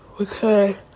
Okay